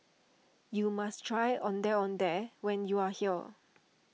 you must try Ondeh Ondeh when you are here